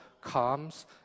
comes